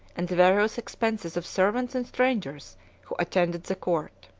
and the various expenses of servants and strangers who attended the court.